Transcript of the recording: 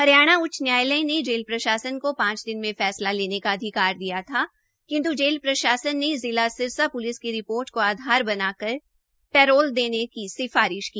हरियाणा उच्च न्यायालय ने जेल प्रशासन को पांच दिन में फैसला लेने का अधिकार दिया था किंत् जेल प्रशासन ने जिला सिरसा प्लिस की रिपोर्ट के आधार बनाकर उच्च न्यायालय को पैरोल न देने की सिफारिश की